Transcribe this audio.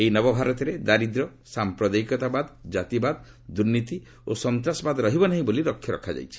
ଏହି ନବଭାରତରେ ଦାରିଦ୍ର୍ୟ ସାମ୍ପ୍ରଦାୟିକତାବାଦ ଜାତିବାଦ ଦୂର୍ନୀତି ଓ ସନ୍ତାସବାଦ ରହିବ ନାହିଁ ବୋଲି ଲକ୍ଷ୍ୟ ରଖାଯାଇଛି